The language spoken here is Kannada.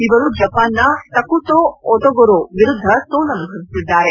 ಇವರು ಜಪಾನ್ನ ಟಕೂಟೊ ಒಟೊಗುರೊ ವಿರುದ್ದ ಸೋಲನುಭವಿಸಿದ್ದಾರೆ